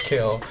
Kill